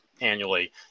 annually